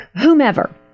whomever